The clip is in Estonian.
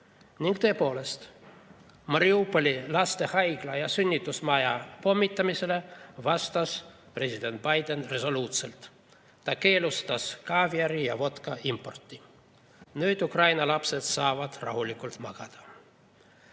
Tõepoolest, Mariupoli lastehaigla ja sünnitusmaja pommitamisele vastas president Biden resoluutselt: ta keelustas kaaviari ja vodka impordi. Nüüd Ukraina lapsed saavad rahulikult magada. Miks